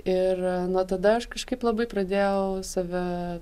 ir nuo tada aš kažkaip labai pradėjau save